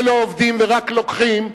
שלא עובדים ורק לוקחים,